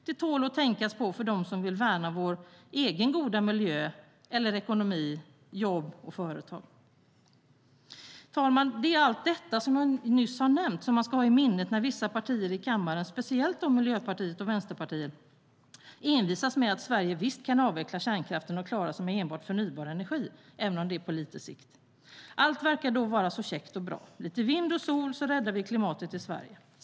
Det tål att tänka på för dem som vill värna vår egen goda miljö eller ekonomi, jobb och företag. Herr talman! Det är allt det jag nyss har nämnt som man ska ha i minnet när vissa partier i kammaren, speciellt Miljöpartiet och Vänsterpartiet, envisas med att Sverige visst kan avveckla kärnkraften och klara sig med enbart förnybar energi, även om det är på lite sikt. Allt verkar då vara så käckt och bra - lite vind och sol, så räddar vi klimatet i Sverige.